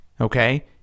Okay